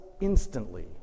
instantly